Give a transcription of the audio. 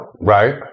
right